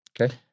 Okay